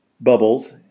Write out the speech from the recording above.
bubbles